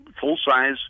full-size